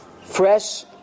fresh